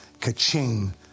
ka-ching